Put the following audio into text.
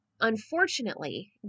unfortunately